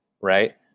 right